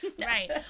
right